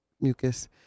mucus